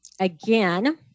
again